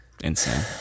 Insane